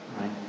right